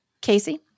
Casey